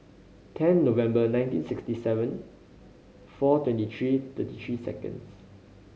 ten November nineteen sixty seven four twenty three thirty three seconds